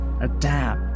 Adapt